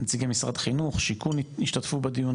נציגי משרד החינוך, שיכון, השתתפו בדיון.